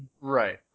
Right